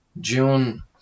June